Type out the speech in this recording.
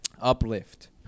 uplift